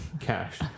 cash